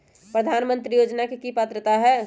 प्रधानमंत्री योजना के की की पात्रता है?